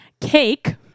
Cake